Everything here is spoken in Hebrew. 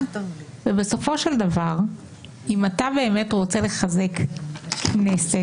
בסופו של דבר אם אתה באמת רוצה לחזק את הכנסת,